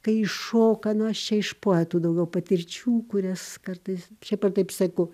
kai šoka na aš čia iš poetų daugiau patirčių kurias kartais šiaip ar taip sakau